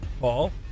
Paul